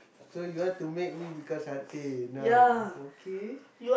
so you want to make me become satay now okay